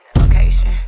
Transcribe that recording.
location